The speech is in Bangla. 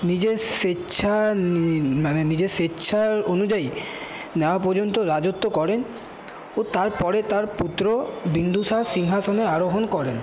নিজের স্বেচ্ছা মানে নিজে স্বেচ্ছার অনুযায়ী নেওয়া পর্যন্ত রাজত্ব করেন ও তার পরে তার পুত্র বিন্দুসার সিংহাসনে আরোহণ করেন